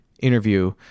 interview